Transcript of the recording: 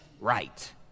right